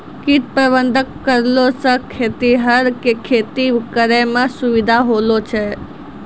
कीट प्रबंधक करलो से खेतीहर के खेती करै मे सुविधा होलो छै